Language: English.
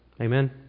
Amen